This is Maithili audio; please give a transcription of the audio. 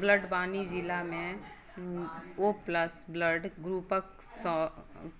बड़वानी जिलामे ओ प्लस ब्लड ग्रुपके